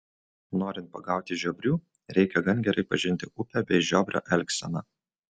norint pagauti žiobrių reikia gan gerai pažinti upę bei žiobrio elgseną